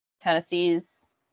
Tennessee's